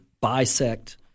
bisect